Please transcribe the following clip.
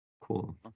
Cool